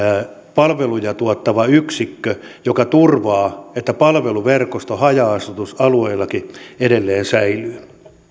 palveluja tuottava yksikkö joka turvaa että palveluverkosto haja asutusalueillakin edelleen säilyy